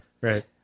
Right